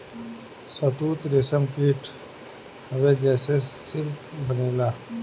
शहतूत रेशम कीट हवे जेसे सिल्क बनेला